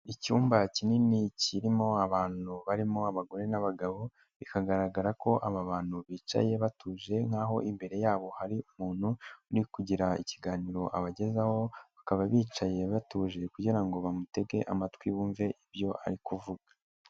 Icyumba kinini kirimo abantu barimo abagore n'abagabo bikagaragara ko aba bantu bicaye batuje nk'aho imbere yabo hari umuntu uri kugira ikiganiro abagezaho bakaba bicaye batuje kugira ngo bamutege amatwi bumve ibyo ari kuvuga.